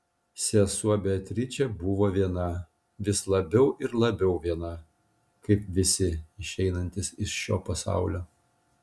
sesuo beatričė buvo viena vis labiau ir labiau viena kaip visi išeinantys iš šio pasaulio